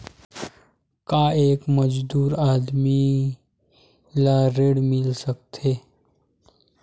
का एक मजदूर आदमी ल ऋण मिल सकथे?